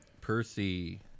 Percy